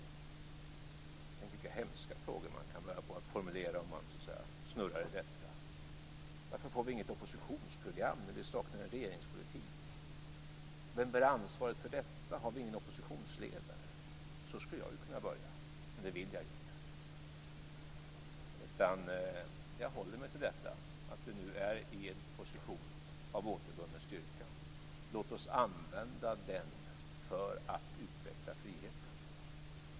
Tänk vilka hemska frågor man kan börja formulera om man snurrar i detta! Varför får vi inte något oppositionsprogram när det saknas en regeringspolitik? Vem bär ansvaret för detta? Finns ingen oppositionsledare? Så kan jag göra, men det vill jag inte. Jag håller mig till att vi är i en position av återvunnen styrka. Låt oss använda den för att utveckla friheten.